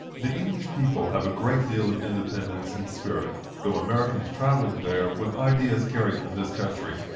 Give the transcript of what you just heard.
the english people have a great deal of independence and spirit, though americans traveling there, with ideas carried from this country,